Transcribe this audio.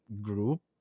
group